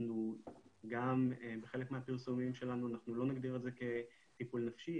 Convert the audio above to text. גם בחלק מהפרסומים שלנו לא נגדיר את זה כטיפול נפשי,